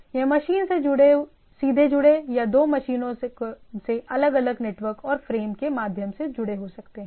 यह मशीन से सीधे जुड़े या दो मशीनों से अलग अलग नेटवर्क और फ़्रेम के माध्यम से जुड़े हो सकते हैं